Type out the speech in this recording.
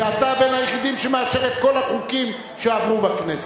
שאתה בין היחידים שמאשר את כל החוקים שעברו בכנסת,